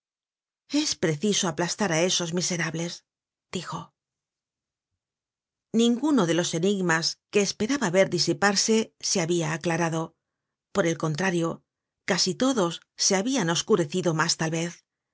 presencia es preciso aplastar á esos miserables dijo ninguno de los enigmas que esperaba ver disiparse se habia aclarado por el contrario casi todos se habian oscurecido mas tal vez